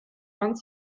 vingt